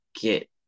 get